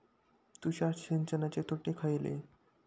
तुषार सिंचनाचे तोटे खयले?